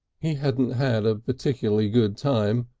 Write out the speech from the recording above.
he hadn't had a particularly good time,